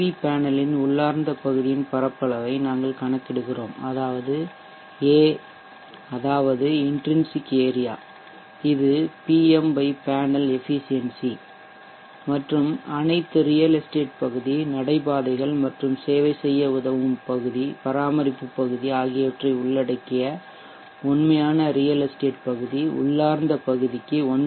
we பேனலின் உள்ளார்ந்த பகுதியின் பரப்பளவை நாங்கள் கணக்கிடுகிறோம் இது Pm பேனல் efficiency மற்றும் அனைத்து ரியல் எஸ்டேட் பகுதி நடைபாதைகள் மற்றும் சேவைசெய்ய உதவும் பகுதி பராமரிப்பு பகுதி ஆகியவற்றை உள்ளடக்கிய உண்மையான ரியல் எஸ்டேட் பகுதி உள்ளார்ந்த பகுதிக்கு 1